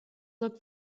look